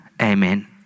Amen